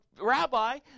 rabbi